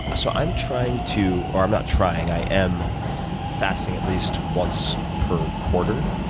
ah so i'm trying to or i'm not trying i am fasting at least once per quarter.